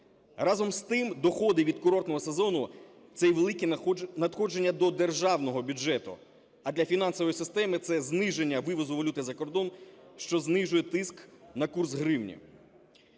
Разом з тим доходи від курортного сезону це є великі надходження до державного бюджету, а для фінансової системи – це зниження валюти за кордон, що знижує тиск на курс гривні.